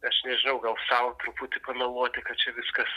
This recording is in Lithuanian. aš nežinau gal sau truputį pameluoti kad čia viskas